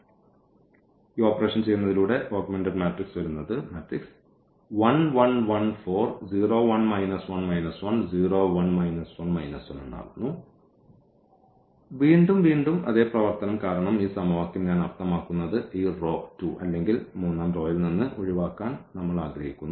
അതിനാൽ അങ്ങനെ ചെയ്യുന്നതിലൂടെ നമ്മൾക്ക് ഇത് ലഭിച്ചു വീണ്ടും വീണ്ടും അതേ പ്രവർത്തനം കാരണം ഈ സമവാക്യം ഞാൻ അർത്ഥമാക്കുന്നത് ഈ റോ 2 അല്ലെങ്കിൽ 3 ാം റോയിൽ നിന്ന് ഒഴിവാക്കാൻ നമ്മൾ ആഗ്രഹിക്കുന്നു